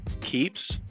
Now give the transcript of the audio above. keeps